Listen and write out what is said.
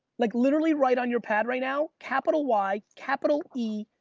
like literally write on your pad right now. capital y, capital e,